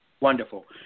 Wonderful